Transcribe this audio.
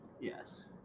Yes